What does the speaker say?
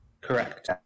Correct